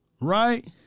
Right